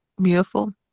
beautiful